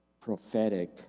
prophetic